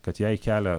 kad jai kelia